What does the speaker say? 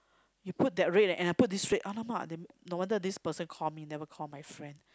you put that rate and I put this rate !alamak! that mean then no wonder this person call me never call my friend